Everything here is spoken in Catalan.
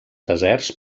deserts